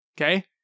okay